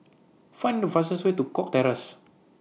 Find The fastest Way to Cox Terrace